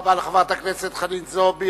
תודה רבה לחברת הכנסת חנין זועבי.